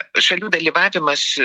šalių dalyvavimas